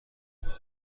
مورد